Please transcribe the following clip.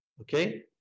Okay